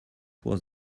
was